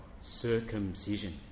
circumcision